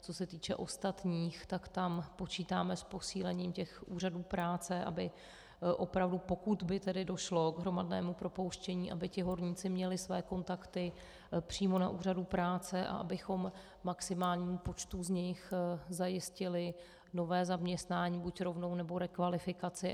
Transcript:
Co se týče ostatních, tam počítáme s posílením úřadů práce, aby opravdu, pokud by tedy došlo k hromadnému propouštění, aby ti horníci měli své kontakty přímo na úřadu práce, abychom maximálnímu počtu z nich zajistili nové zaměstnání, buď rovnou, nebo rekvalifikací.